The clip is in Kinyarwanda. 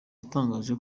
yatangaje